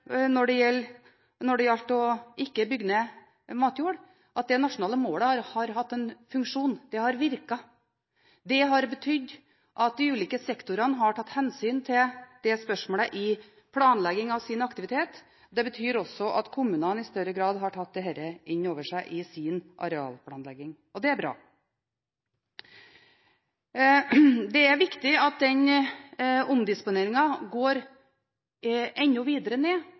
å bygge ned matjord, har hatt en funksjon. Det har virket. Det har betydd at de ulike sektorene har tatt hensyn til det spørsmålet i planleggingen av sin aktivitet. Det betyr også at kommunene i større grad har tatt dette inn over seg i sin arealplanlegging. Det er bra. Det er viktig at den omdisponeringen går enda videre ned.